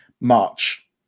March